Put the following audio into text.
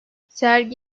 sergi